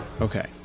Okay